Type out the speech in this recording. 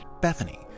Bethany